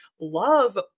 love